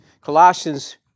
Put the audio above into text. Colossians